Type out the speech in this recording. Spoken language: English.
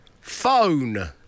phone